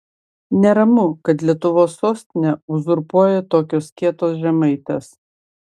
neramu kad lietuvos sostinę uzurpuoja tokios kietos žemaitės